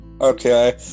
okay